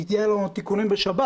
יהיו לו תיקונים בשבת.